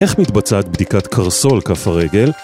איך מתבצעת בדיקת קרסול כף הרגל?